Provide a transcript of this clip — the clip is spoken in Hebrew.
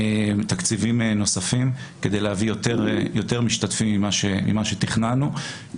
תקציבים נוספים כדי להביא יותר משתתפים ממה שתכננו.